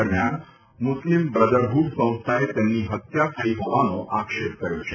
દરમિયાન Muslim Brotherhood સંસ્થાએ તેમની હત્યા થઇ હોવાનો આક્ષેપ કર્યો છે